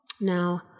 Now